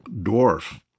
dwarf